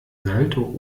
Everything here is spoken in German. salto